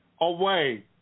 away